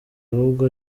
ahubwo